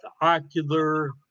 ocular